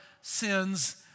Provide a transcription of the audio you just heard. sins